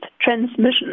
transmission